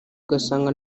ugasanga